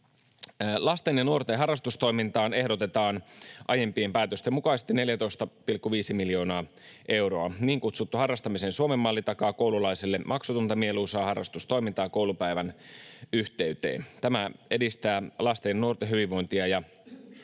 Lasten ja nuorten harrastustoimintaan ehdotetaan aiempien päätösten mukaisesti 14,5 miljoonaa euroa. Niin kutsuttu harrastamisen Suomen malli takaa koululaiselle maksutonta, mieluisaa harrastustoimintaa koulupäivän yhteyteen. Tämä edistää lasten ja nuorten hyvinvointia ja